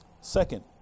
Second